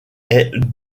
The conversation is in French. est